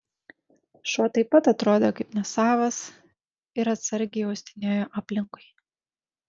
šuo taip pat atrodė kaip nesavas ir atsargiai uostinėjo aplinkui